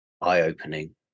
eye-opening